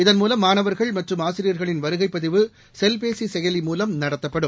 இதன்மூலம் மாணவர்கள் மற்றம் ஆசிரியர்களின் வருகைப்பதிவு செல்பேசி செயலி மூலம் நடத்தப்படும்